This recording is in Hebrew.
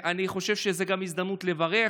אני חושב שזו גם הזדמנות לברך,